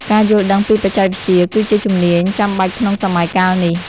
ការយល់ដឹងពីបច្ចេកវិទ្យា គឺជាជំនាញចាំបាច់ក្នុងសម័យកាលនេះ។